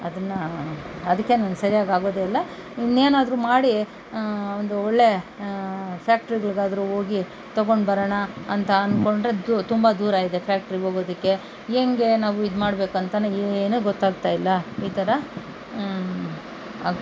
ಅದನ್ನು ಅದಕ್ಕೆ ನಾನು ಸರಿಯಾಗಿ ಆಗೋದೇ ಇಲ್ಲ ಇನ್ನೇನಾದ್ರು ಮಾಡಿ ಒಂದು ಒಳ್ಳೆ ಫ್ಯಾಕ್ಟ್ರಿಗಳ್ಗಾದ್ರು ಹೋಗಿ ತೊಗೊಂಡು ಬರೋಣ ಅಂತ ಅಂದುಕೊಂಡ್ರೆ ತುಂಬ ದೂರ ಇದೆ ಫ್ಯಾಕ್ಟ್ರಿಗೆ ಹೋಗೋದಕ್ಕೆ ಹೆಂಗೆ ನಾವು ಇದು ಮಾಡಬೇಕೆಂತಲೇ ಏನೂ ಗೊತ್ತಾಗ್ತಾ ಇಲ್ಲ ಈ ಥರ ಆಗಿ